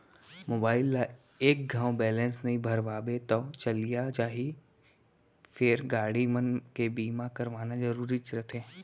mobile ल एक घौं बैलेंस नइ भरवाबे तौ चलियो जाही फेर गाड़ी मन के बीमा करवाना जरूरीच रथे